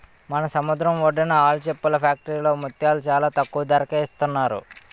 మన సముద్రం ఒడ్డున ఆల్చిప్పల ఫ్యాక్టరీలో ముత్యాలు చాలా తక్కువ ధరకే ఇస్తున్నారు